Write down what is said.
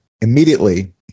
immediately